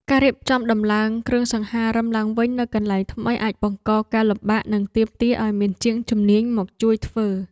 ការរៀបចំដំឡើងគ្រឿងសង្ហារិមឡើងវិញនៅកន្លែងថ្មីអាចបង្កការលំបាកនិងទាមទារឱ្យមានជាងជំនាញមកជួយធ្វើ។